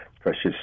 precious